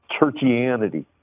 churchianity